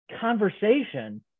conversation